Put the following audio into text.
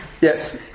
Yes